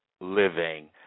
living